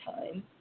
time